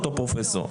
לאותו פרופסור?